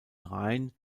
rein